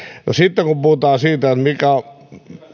sitten kun puhutaan siitä